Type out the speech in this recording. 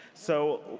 so